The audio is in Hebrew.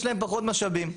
יש להם פחות משאבים.